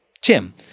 Tim